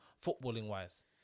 footballing-wise